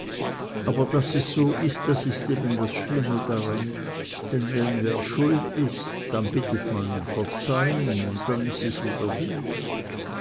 aber daß es so ist das ist eben das schlimme daran wenn wer schuld hat dann bittet man um verzeihung und dann ist es wieder gut